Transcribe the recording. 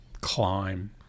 climb